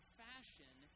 fashion